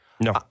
No